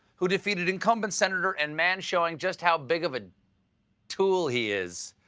who defeated incumbent senator and man showing just how big of a tool he is,